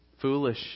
foolish